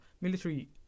military